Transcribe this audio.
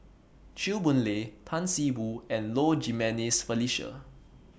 Chew Boon Lay Tan See Boo and Low Jimenez Felicia